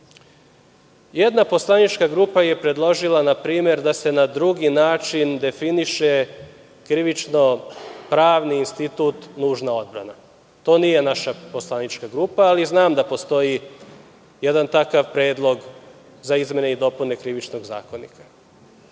Jedna poslanička grupa je predložila na primer da se na drugi način definiše krivično pravni institut nužna odbrana. To nije naša poslanička grupa, ali znam da postoji jedan takav predlog za izmene i dopune Krivičnog zakonika. Naša